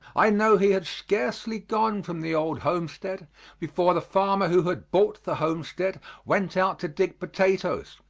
i know he had scarcely gone from the old homestead before the farmer who had bought the homestead went out to dig potatoes,